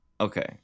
Okay